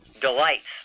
delights